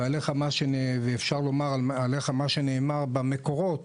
ואפשר לומר עליך מה שנאמר במקורות: